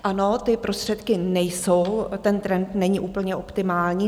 A ano, ty prostředky nejsou, ten trend není úplně optimální.